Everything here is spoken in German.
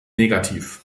negativ